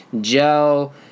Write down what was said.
Joe